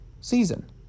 season